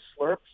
slurps